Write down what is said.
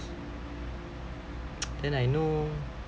then I know